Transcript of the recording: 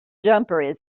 jumper